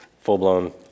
full-blown